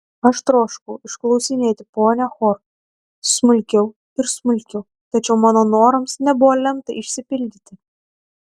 aš troškau išklausinėti ponią hor smulkiau ir smulkiau tačiau mano norams nebuvo lemta išsipildyti